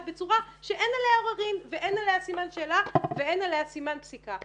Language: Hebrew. בצורה שאין עליה עוררין ואין עליה סימן שאלה ואין עליה סימן פסיקה.